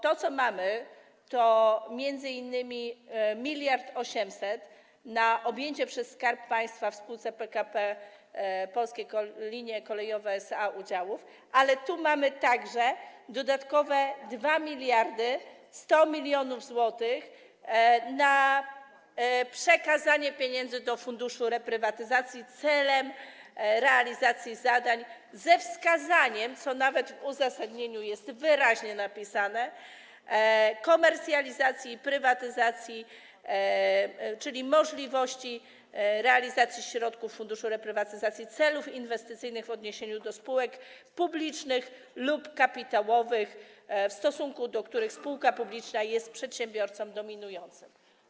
To, co tu mamy, to m.in. 1800 mln na objęcie przez Skarb Państwa w spółce PKP Polskie Linie Kolejowe SA udziałów, ale także dodatkowe 2100 mln w celu przekazania pieniędzy do Funduszu Reprywatyzacji na realizację zadań, ze wskazaniem, co nawet w uzasadnieniu jest wyraźnie napisane, komercjalizacji i prywatyzacji, czyli możliwości realizacji ze środków Funduszu Reprywatyzacji celów inwestycyjnych w odniesieniu do spółek publicznych lub kapitałowych, w stosunku do których spółka publiczna jest przedsiębiorcą dominującym.